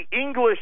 English